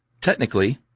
technically